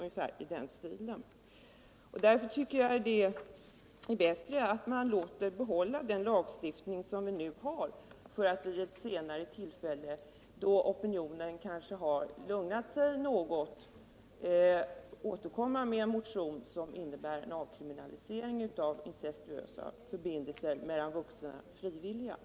Mot den här bakgrunden tycker jag det är bättre att behålla den lagstiftning som vi nu har för att vid ett senare tillfälle, då opinionen kanske har lugnat sig något, återkomma med en motion som innebär en avkriminalisering av incestuösa förbindelser mellan vuxna frivilliga.